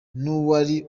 n’uwari